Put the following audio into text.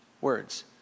words